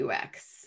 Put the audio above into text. ux